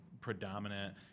predominant